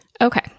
Okay